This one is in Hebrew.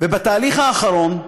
בתהליך האחרון,